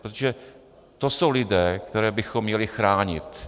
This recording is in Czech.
Protože to jsou lidé, které bychom měli chránit.